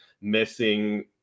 missing